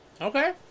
Okay